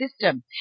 system